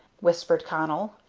whispered connell.